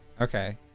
Okay